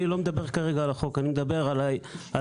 אני לא מדבר כרגע על החוק, אני מדבר על ההרחבה.